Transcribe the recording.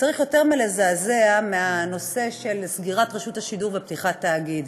צריך לזעזע יותר מהנושא של סגירת רשות השידור ופתיחת תאגיד.